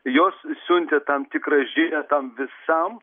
jos siuntė tam tikrą žinią tam visam